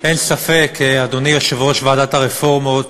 תודה רבה, אין ספק, אדוני יושב-ראש ועדת הרפורמות,